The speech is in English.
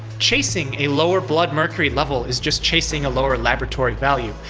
chasing a lower blood mercury level is just chasing a lower laboratory value.